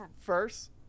first